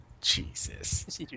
Jesus